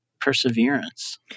perseverance